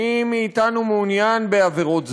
מי מאתנו מעוניין בעבירות זנות?